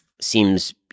seems